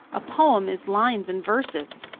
a poem is lines and verses.